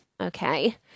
Okay